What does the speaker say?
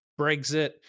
Brexit